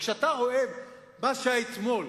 כשאתה רואה מה שהיה אתמול,